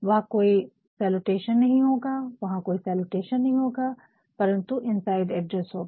वहां कोई सैलूटेशन नहीं होगा परन्तु इनसाइड एड्रेस होगा